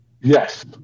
Yes